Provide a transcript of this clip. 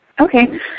Okay